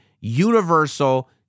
Universal